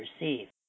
receive